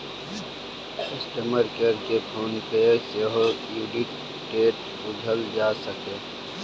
customer care केँ phone कए सेहो ड्यु डेट बुझल जा सकैए